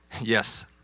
Yes